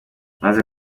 maze